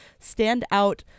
standout